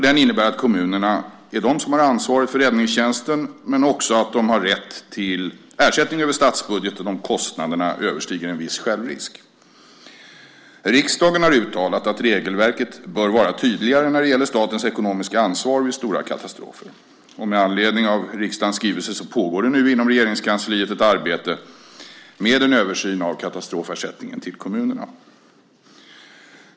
Den innebär att kommunerna har ansvaret för räddningstjänsten men också att de har rätt till ersättning över statsbudgeten om kostnaderna överstiger en viss självrisk. Riksdagen har uttalat att regelverket bör vara tydligare när det gäller statens ekonomiska ansvar vid stora katastrofer. Med anledning av riksdagens skrivelse pågår nu inom Regeringskansliet ett arbete med en översyn av katastrofersättningen till kommunerna.